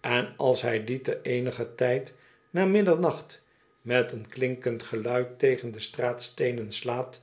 en als hij dien te eeniger tijd na middernacht met een klinkend geluid tegen de straatsteenen slaat